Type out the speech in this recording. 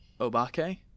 Obake